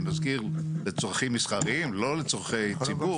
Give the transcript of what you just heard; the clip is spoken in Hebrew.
אני מזכיר, לצרכים מסחריים, לא לצרכי ציבור.